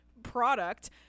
product